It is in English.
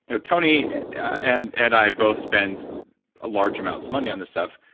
you know tony and and i both spend large amounts of money on this stuff.